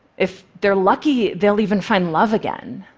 if they're lucky, they'll even find love again.